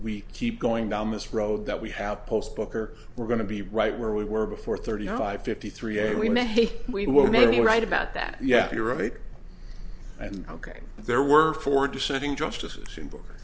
we keep going down this road that we have post booker we're going to be right where we were before thirty five fifty three and we may we will may be right about that yes you're right and ok there were four dissenting justices in book